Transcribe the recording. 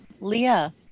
Leah